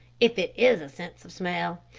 if it is a sense of smell.